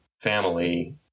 family